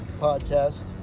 podcast